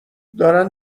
دارن